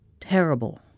terrible